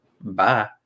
Bye